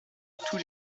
tous